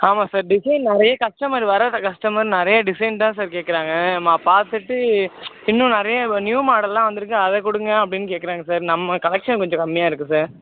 ஆமாம் sir design நிறைய customer வராத கஸ்டமர் நிறைய டிசைன் தான் சார் கேட்கறாங்க நம்ம பார்த்துட்டு இன்னும் நிறையா நியூ மாடல்லாம் வந்துயிருக்கு அதை கொடுங்க அப்படின்னு கேட்கறாங்க சார் நம்ம கலெக்ஷன் கொஞ்சம் கம்மியாக இருக்கு சார்